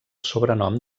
sobrenom